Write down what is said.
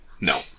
No